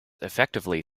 effectively